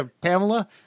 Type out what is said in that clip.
Pamela